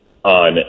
on